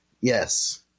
yes